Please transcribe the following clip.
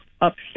upset